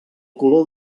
color